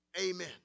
Amen